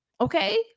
Okay